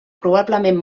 probablement